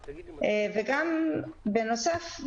בנוסף,